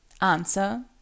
answer